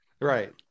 right